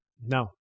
No